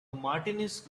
martinis